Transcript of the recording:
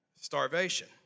Starvation